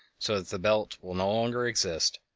so that the belt' will no longer exist.